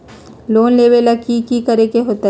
Loan लेबे ला की कि करे के होतई?